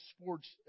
sports